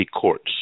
courts